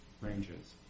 ranges